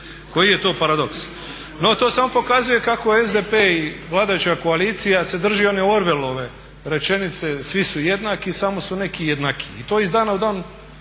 koji je to paradoks. No to samo pokazuje kako SDP i vladajuća koalicija se drži one Orwellove rečenice, svi su jednaki samo su neki jednakiji i to iz dana u dan